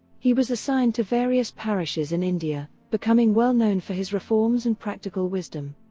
he was assigned to various parishes in india, becoming well-known for his reforms and practical wisdom.